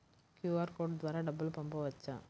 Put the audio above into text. QR code ద్వారా డబ్బులు పంపవచ్చా?